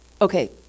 Okay